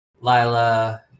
Lila